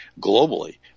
globally